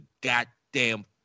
goddamn